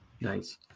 Nice